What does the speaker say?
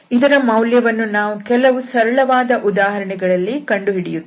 ಇದರ ಮೌಲ್ಯವನ್ನು ನಾವು ಕೆಲವು ಸರಳವಾದ ಉದಾಹರಣೆಗಳಲ್ಲಿ ಕಂಡುಹಿಡಿಯುತ್ತೇವೆ